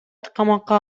камакка